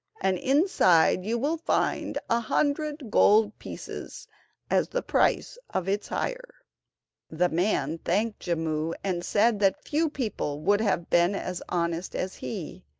and inside you will find a hundred gold pieces as the price of its hire the man thanked jimmu, and said that few people would have been as honest as he.